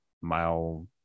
mile